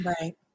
Right